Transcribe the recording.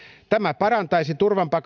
tämä parantaisi